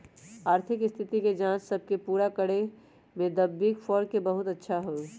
आर्थिक स्थिति के जांच सब के पूरा करे में द बिग फोर के बहुत अच्छा हई